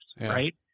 right